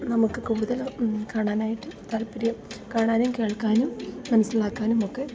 നമുക്ക് കൂടുതൽ കാണാനായിട്ട് താൽപ്പര്യം കാണാനും കേൾക്കാനും മനസ്സിലാക്കാനുമൊക്കെ